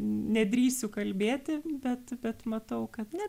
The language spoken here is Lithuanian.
nedrįsiu kalbėti bet bet matau kad ne